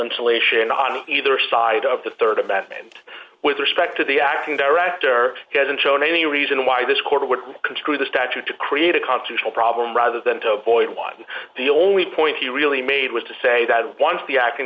insulation on either side of the rd about and with respect to the acting director hasn't shown any reason why this quarter would construe the statute to create a constitutional problem rather than to avoid one the only point he really made was to say that once the acting